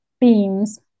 beams